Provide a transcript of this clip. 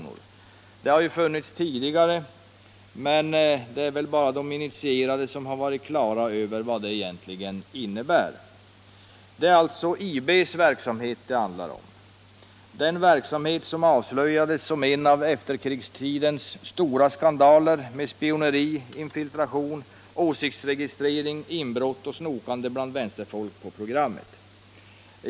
Anslaget har funnits tidigare, men det är väl bara de initierade som varit på det klara med vad det egentligen inneburit. Det är alltså IB:s verksamhet det handlar om, den verksamhet som avslöjades som en av efterkrigstidens stora skandaler med spioneri, infiltration, åsiktsregistrering, inbrott och snokande bland vänsterfolk på programmet.